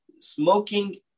Smoking